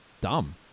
dumb